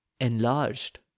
enlarged